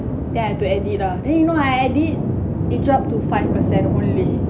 then I to edit lah then you know I edit it drop to five percent only